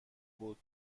بود